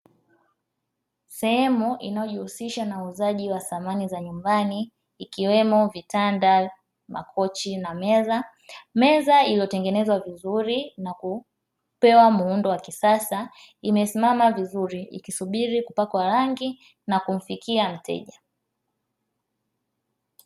Sehemu inayojihusisha na uuzaji wa samani za nyumbani ikiwemo vitanda, makochi na meza, meza iliyotengenezwa vizuri na kupewa muundo wa kisasa imesimama vizuri ikisubiri kupakwa rangi na kumfikia mteja.